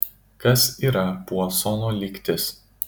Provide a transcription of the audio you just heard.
kas yra puasono lygtis